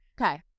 Okay